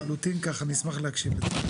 אשמח להקשיב לך.